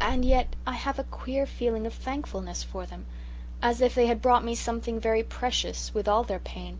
and yet i have a queer feeling of thankfulness for them as if they had brought me something very precious, with all their pain.